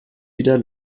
wieder